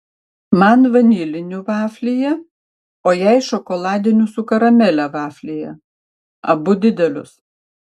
man vanilinių vaflyje o jai šokoladinių su karamele vaflyje abu didelius